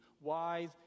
wise